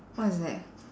what is that